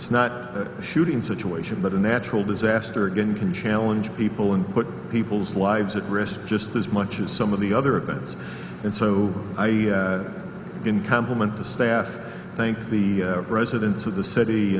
it's not shooting situation but a natural disaster again can challenge people and put people's lives at risk just as much as some of the other events and so i can compliment the staff thank the residents of the city